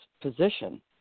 position